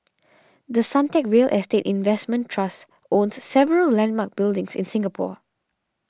The Suntec real estate investment trust owns several landmark buildings in Singapore